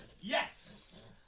Yes